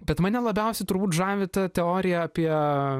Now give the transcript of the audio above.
bet mane labiausiai turbūt žavi ta teorija apie